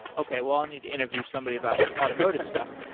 okay, well i'll need to interview somebody about automotive stuff.